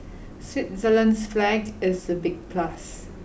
Switzerland's flag is a big plus